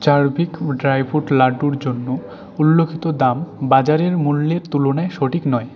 চারভিক dry fruit লাড্ডুর জন্য উল্লোখিত দাম বাজারের মূল্যের তুলনায় সঠিক নয়